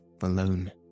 alone